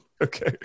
Okay